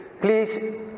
Please